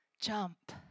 Jump